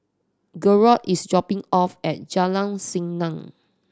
gerold is dropping off at Jalan Senang